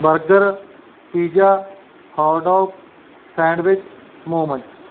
burger pizza hotdog sandwich Momos